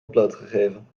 blootgegeven